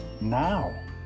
now